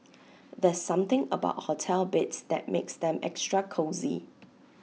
there's something about hotel beds that makes them extra cosy